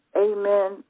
Amen